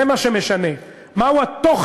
זה מה שמשנה, מהו התוכן,